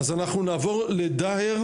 מרכז המחקר והמידע של הכנסת רויטל לן כהן